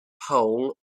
pole